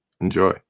Enjoy